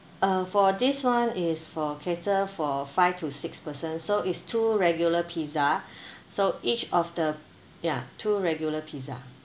uh for this one is for cater for five to six person so is two regular pizza so each of the ya two regular pizza